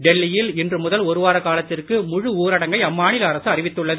டெல்லியில் இன்று முதல் ஒருவார காலத்திற்கு முழு ஊரடங்கை அம்மாநில அரசு அறிவித்துள்ளது